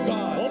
God